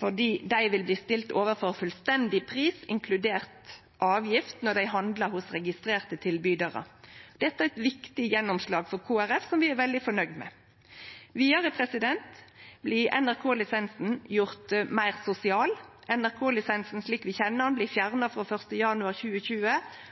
for dei vil bli stilte overfor fullstendig pris, inkludert avgift, når dei handlar hos registrerte tilbydarar. Dette er eit viktig gjennomslag for Kristeleg Folkeparti, som vi er veldig fornøgde med. Vidare blir NRK-lisensen gjort meir sosial. NRK-lisensen slik vi kjenner han, blir fjerna frå 1. januar 2020,